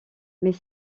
mais